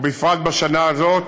ובפרט בשנה הזאת.